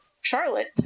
Charlotte